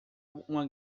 uma